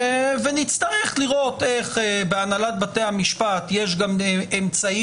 ונצטרך לראות איך בהנהלת בתי המשפט יש גם אמצעי